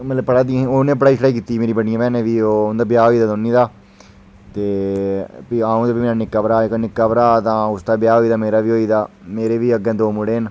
ते उसदे बाद मेरियां बड्डियां भैनां न दो दमैं पढ़ा दियां उ'नें पढाई शढ़ाई कीती दी उं'दा ब्याह् होई गेदा ऐ दौनें दा